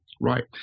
Right